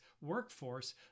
workforce